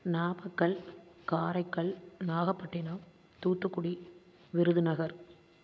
Namakkal Karaikal Nagapattinam Thoothukudi Virudhunagar